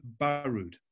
Baroud